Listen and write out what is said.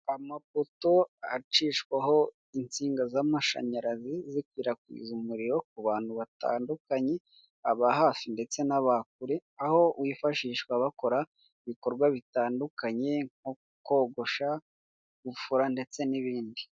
Amapoto acishwaho insinga z'amashanyarazi zikwirakwiza umuriro ku bantu batandukanye, aba hafi ndetse n'abakure, aho wifashishwa bakora ibikorwa bitandukanye nko kogosha, gufura ndetse n'ibindi.